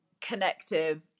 connective